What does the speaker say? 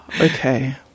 okay